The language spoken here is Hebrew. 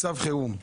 מצב חירום.